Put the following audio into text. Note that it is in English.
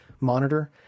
monitor